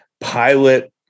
pilot